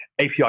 API